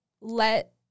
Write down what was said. let